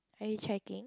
are you checking